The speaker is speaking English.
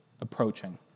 approaching